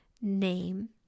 name